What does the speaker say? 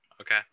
Okay